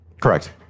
Correct